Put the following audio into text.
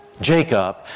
Jacob